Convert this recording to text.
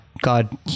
God